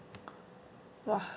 !wah!